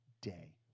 day